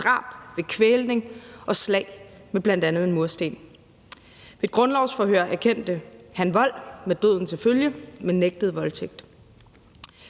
drab ved kvælning og slag med bl.a. en mursten. Ved et grundlovsforhør erkendte han vold med døden til følge, men nægtede voldtægt.